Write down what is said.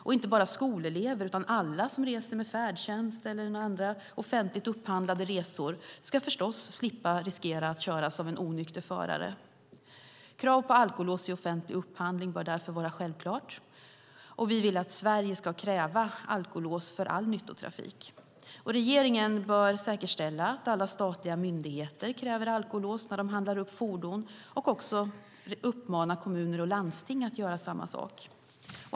Och inte bara skolelever, utan alla som reser med färdtjänst eller offentligt upphandlade resor ska förstås slippa riskera att köras av en onykter förare. Krav på alkolås i offentlig upphandling bör vara självklart, och vi vill att Sverige ska kräva alkolås för all nyttotrafik. Regeringen bör säkerställa att alla statliga myndigheter kräver alkolås när de handlar upp fordon och också uppmana kommuner och landsting att göra samma sak.